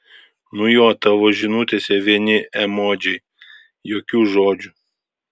nu jo tavo žinutėse vieni emodžiai jokių žodžių